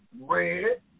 red